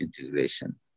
integration